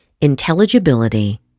intelligibility